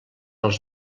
els